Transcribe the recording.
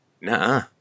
nah